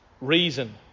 reason